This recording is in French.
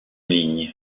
ligne